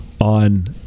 on